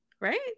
right